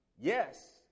Yes